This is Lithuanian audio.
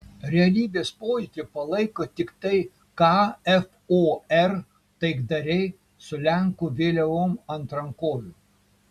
realybės pojūtį palaiko tiktai kfor taikdariai su lenkų vėliavom ant rankovių